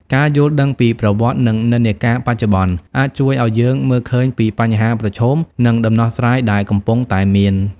ការយល់ដឹងពីប្រវត្តិ និងនិន្នាការបច្ចុប្បន្ន អាចជួយឱ្យយើងមើលឃើញពីបញ្ហាប្រឈម និងដំណោះស្រាយដែលកំពុងតែមាន។